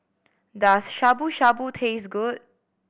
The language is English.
does Shabu Shabu taste good